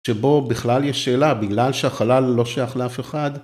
שבו בכלל יש שאלה, בגלל שהחלל לא שייך לאף אחד.